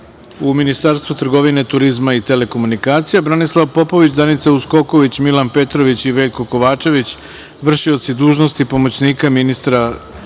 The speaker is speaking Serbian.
u Ministarstvu trgovine, turizma i telekomunikacije, Branislava Popović, Danica Uskoković, Milan Petrović i Veljko Kovačević, vršioci dužnosti pomoćnika ministra